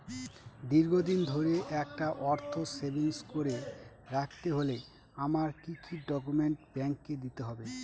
দীর্ঘদিন ধরে একটা অর্থ সেভিংস করে রাখতে হলে আমায় কি কি ডক্যুমেন্ট ব্যাংকে দিতে হবে?